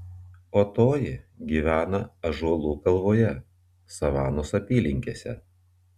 o toji gyvena ąžuolų kalvoje savanos apylinkėse